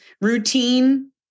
routine